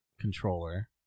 controller